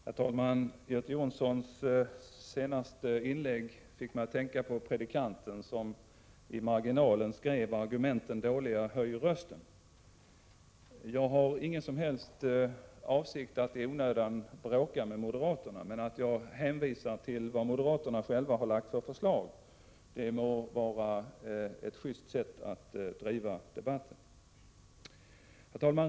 Herr talman! Göte Jonssons senaste inlägg fick mig att tänka på predikanten som i marginalen skrev: Argumenten dåliga. Höj rösten! Jag har ingen som helst avsikt att i onödan bråka med moderaterna, men att jag hänvisar till de förslag som moderaterna själva har lagt fram torde vara ett just sätt att föra debatten. Herr talman!